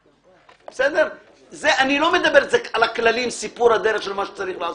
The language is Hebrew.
אני לא מדבר על הכללים ועל סיפור הדרך של מה שצריך לעשות.